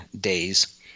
days